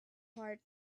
heart